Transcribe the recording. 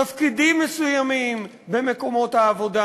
תפקידים מסוימים במקומות העבודה